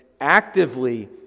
actively